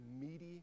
meaty